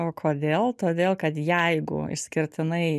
o kodėl todėl kad jeigu išskirtinai